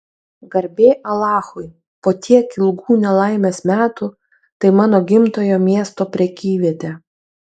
garbė alachui po tiek ilgų nelaimės metų tai mano gimtojo miesto prekyvietė